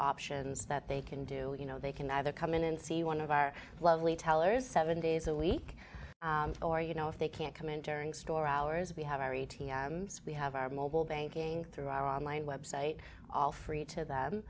options that they can do you know they can either come in and see one of our lovely tellers seven days a week or you know if they can't come in during store hours we have our a t m we have our mobile banking through our online website all free to them